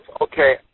okay